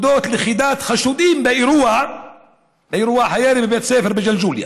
על לכידת חשודים באירוע הירי בבית הספר בג'לג'וליה,